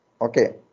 okay